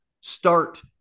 start